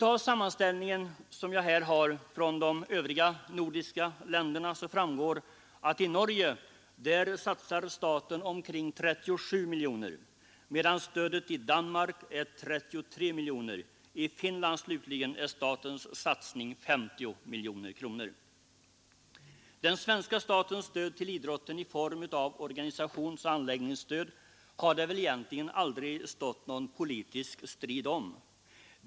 Av sammanställningen för de övriga nordiska länderna framgår vidare att norska staten satsar omkring 37 miljoner kronor, medan stödet i Danmark är 33 miljoner kronor. I Finland slutligen är statens satsning 50 miljoner kronor. Den svenska statens stöd till idrotten i form av organisationsoch anläggningsstöd har det väl egentligen aldrig stått någon politisk strid om.